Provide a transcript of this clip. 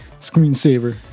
Screensaver